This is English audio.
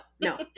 no